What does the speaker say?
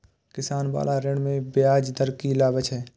किसान बाला ऋण में ब्याज दर कि लागै छै?